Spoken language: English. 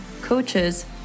coaches